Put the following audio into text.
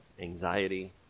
anxiety